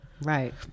right